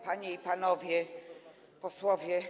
Panie i Panowie Posłowie!